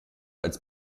als